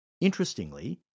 interestingly